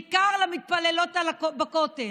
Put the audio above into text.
ובעיקר למתפללות בכותל.